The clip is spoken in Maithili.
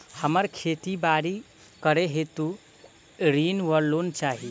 हमरा खेती बाड़ी करै हेतु ऋण वा लोन चाहि?